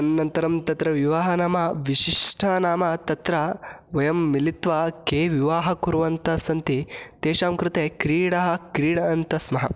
अनन्तरं तत्र विवाहः नाम विशिष्टः नाम तत्र वयं मिलित्वा के विवाहं कुर्वन्तः सन्ति तेषां कृते क्रीडाः क्रीडन्तः स्मः